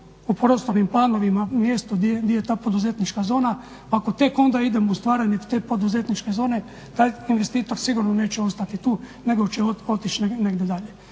po prostornim planovima mjesto gdje je ta poduzetnička zona, pa ako tek onda idemo u stvaranje te poduzetničke zone taj investitor sigurno neće ostati tu nego će otići negdje dalje.